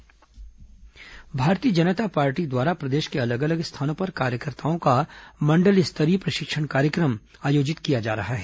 भाजपा प्रशिक्षण शिविर भारतीय जनता पार्टी द्वारा प्रदेश के अलग अलग स्थानों पर कार्यकर्ताओं का मंडल स्तरीय प्रशिक्षण कार्यक्रम आयोजित किया जा रहा है